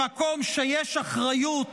במקום שיש אחריות,